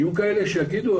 יהיו כאלה שיגידו,